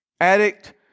addict